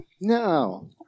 No